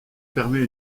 permet